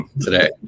today